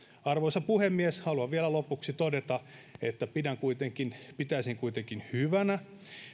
arvoisa puhemies haluan vielä lopuksi todeta että pitäisin kuitenkin hyvänä